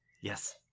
Yes